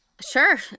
Sure